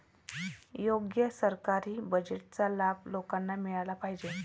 योग्य सरकारी बजेटचा लाभ लोकांना मिळाला पाहिजे